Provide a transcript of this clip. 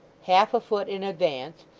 half a foot in advance,